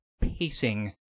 pacing